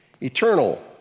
eternal